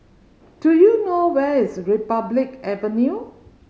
do you know where is Republic Avenue